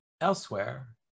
elsewhere